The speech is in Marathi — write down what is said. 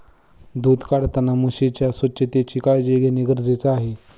दूध काढताना म्हशीच्या स्वच्छतेची काळजी घेणे गरजेचे आहे